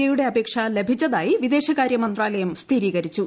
ഐയുടെ അപേക്ഷ ലഭിച്ചതായി വിദേശകാര്യമന്ത്രാലയം സ്ഥിരീകരിച്ചു